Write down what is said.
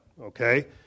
Okay